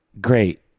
great